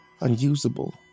Unusable